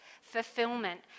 fulfillment